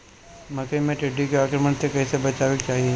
मकई मे टिड्डी के आक्रमण से कइसे बचावे के चाही?